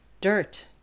dirt